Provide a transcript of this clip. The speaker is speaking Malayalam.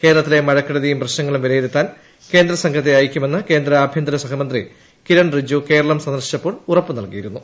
കേരളത്തീലെ മഴക്കെടുതിയും പ്രശ്നങ്ങളും വിലയിരുത്താൻ കേന്ദ്രസംഘ്ത്തെ ്അയയ്ക്കുമെന്ന് കേന്ദ്ര ആഭ്യന്തര സഹമന്ത്രി കിരൺ റിജിജു കേരളം സന്ദർശിച്ചപ്പോൾ ഉറപ്പ് നൽകിയിരുന്നു